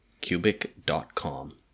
cubic.com